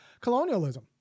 colonialism